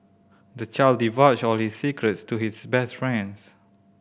the child divulged all his secrets to his best friends